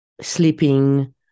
sleeping